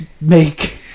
make